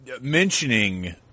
Mentioning